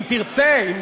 אם תרצה,